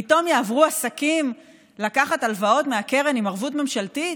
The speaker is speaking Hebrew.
פתאום עסקים יעברו לקחת הלוואות מהקרן עם ערבות ממשלתית?